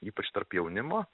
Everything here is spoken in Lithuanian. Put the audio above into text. ypač tarp jaunimo